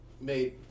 made